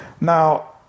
Now